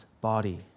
body